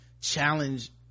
challenge